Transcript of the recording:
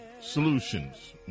solutions